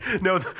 no